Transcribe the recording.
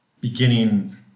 beginning